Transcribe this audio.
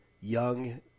young